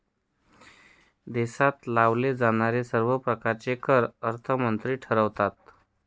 देशात लावले जाणारे सर्व प्रकारचे कर अर्थमंत्री ठरवतात